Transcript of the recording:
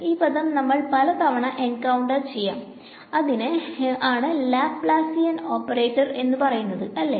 ഈ പദം നമ്മൾ പല തവണ എൻകൌണ്ടർ ചെയ്യാം ഇതിനെ ആണ് ലാപ്ലാസിയൻ ഓപ്പറേറ്റർ എന്നു പറയുന്നത് അല്ലെ